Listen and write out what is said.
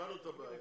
הבנו את הבעיה.